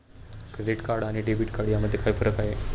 Credit card आणि debit card यामध्ये काय फरक आहे?